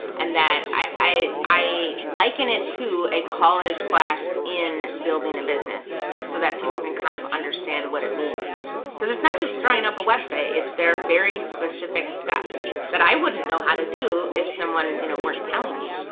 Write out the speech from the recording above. and that i i liken it to a college class in building a business, just so that people can kind of understand what it means. cause it's not just throwing up a website, there are very specific steps that i wouldn't know how to do if someone you know weren't telling me.